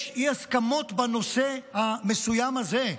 יש אי-הסכמות בנושא המסוים הזה,